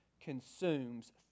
consumes